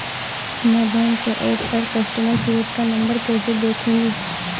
मैं बैंक के ऐप पर कस्टमर केयर का नंबर कैसे देखूंगी?